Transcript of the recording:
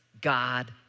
God